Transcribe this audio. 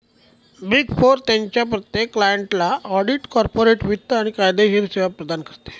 big four त्यांच्या प्रत्येक क्लायंटला ऑडिट, कॉर्पोरेट वित्त आणि कायदेशीर सेवा प्रदान करते